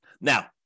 Now